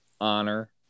honor